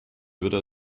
würde